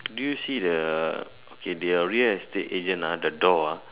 do you see the okay the real estate agent ah the door ah